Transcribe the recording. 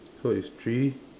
so it's three